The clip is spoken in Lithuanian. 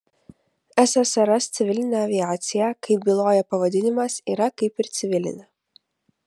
ssrs civilinė aviacija kaip byloja pavadinimas yra kaip ir civilinė